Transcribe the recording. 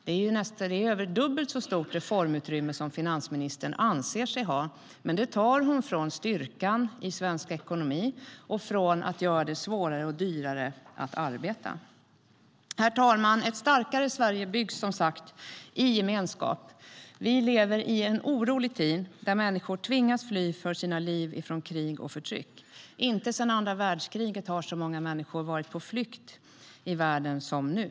Finansministern anser sig ha ett mer än dubbelt så stort reformutrymme, men det tar hon från styrkan i svensk ekonomi och genom att göra det svårare och dyrare att arbeta. Herr talman! Ett starkare Sverige byggs som sagt i gemenskap. Vi lever i en orolig tid där människor tvingas fly för sina liv från krig och förtryck. Inte sedan andra världskriget har så många människor i världen varit på flykt som nu.